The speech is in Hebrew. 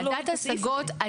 או להוריד את הסעיף הזה.